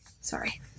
Sorry